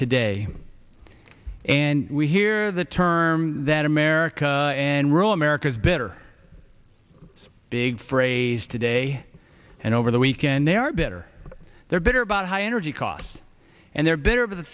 today and we hear the term that america and rural america is better it's big phrase today and over the weekend they are better they're bitter about high energy costs and they're bitter but the